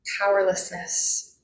powerlessness